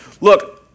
look